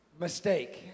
Mistake